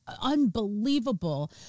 unbelievable